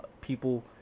people